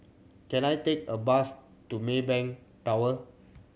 can I take a bus to Maybank Tower